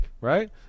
Right